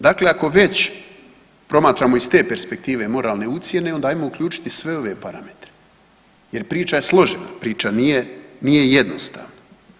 Dakle, ako već promatramo iz te perspektive moralne ucjene onda ajmo uključiti sve ove parametre, jer priča je složena, priča nije jednostavna.